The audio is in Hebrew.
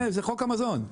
זה חוק המזון,